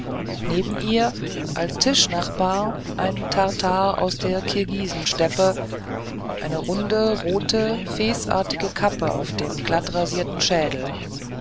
neben ihr als tischnachbar ein tatar aus der kirgisensteppe eine runde rote fezartige kappe auf dem glattrasierten schädel